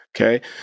Okay